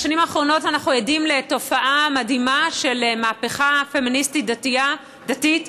בשנים האחרונות אנחנו עדים לתופעה מדהימה של מהפכה פמיניסטית דתית,